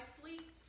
sleep